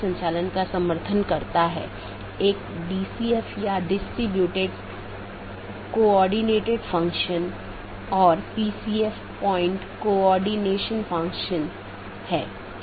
यह विज्ञापन द्वारा किया जाता है या EBGP वेपर को भेजने के लिए राउटिंग विज्ञापन बनाने में करता है